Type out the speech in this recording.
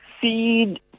seed